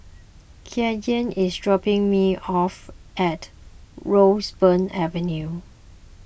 Kylene is dropping me off at Roseburn Avenue